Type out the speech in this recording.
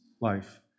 life